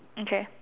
okay